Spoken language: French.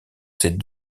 ses